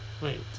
Wait